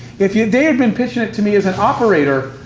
if they had been pitching it to me as an operator,